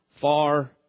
far